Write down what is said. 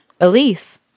Elise